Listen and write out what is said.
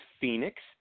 Phoenix